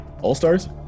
All-Stars